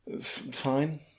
Fine